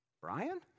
Brian